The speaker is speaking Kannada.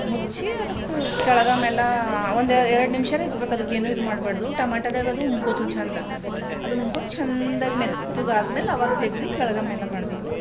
ಮುಚ್ಚಿ ಅದಕ್ಕೆ ಕೆಳಗೆ ಮೇಲೆ ಒಂದು ಎರಡು ನಿಮಿಷಾರ ಇಕ್ಬೇಕು ಅದಕ್ಕೇನು ಇದು ಮಾಡ್ಬಾರ್ದು ಟೊಮೆಟೊದಾಗದು ಉಂಬ್ಕೋತು ಚೆಂದಾಗಿ ಅದು ಉಣ್ಕೊಂಡು ಚೆಂದಾಗಿ ಮೆತ್ತಗೆ ಆದ್ಮೇಲೆ ಆವಾಗ ತೆಗ್ದು ಕೆಳಗೆ ಮೇಲೆ ಮಾಡಬೇಕು